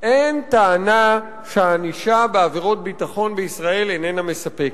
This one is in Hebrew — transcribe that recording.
אין טענה שהענישה בעבירות ביטחון בישראל איננה מספקת.